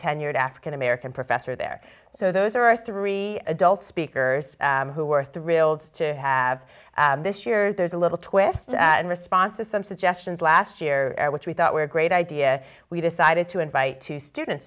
tenured african american professor there so those are our three adult speakers who were thrilled to have this year there's a little twist in response to some suggestions last year which we thought were a great idea we decided to invite two students